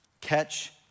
catch